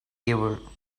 evil